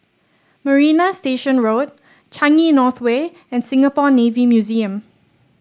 Marina Station Road Changi North Way and Singapore Navy Museum